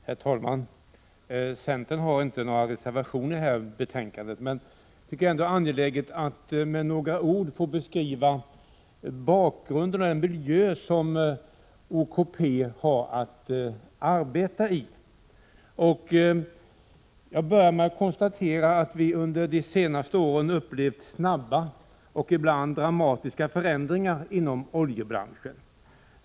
Herr talman! Centern har inte några reservationer i detta betänkande, men jag tycker ändå att det är angeläget att med några ord beskriva bakgrunden och den miljö som OKP har att arbeta i. Jag vill börja med att konstatera att vi under de senaste åren upplevt snabba och ibland dramatiska förändringar inom oljebranschen.